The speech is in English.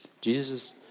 Jesus